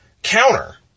counter